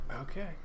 okay